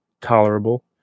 tolerable